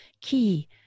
key